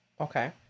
Okay